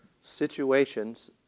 situations